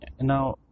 now